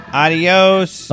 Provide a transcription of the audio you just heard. adios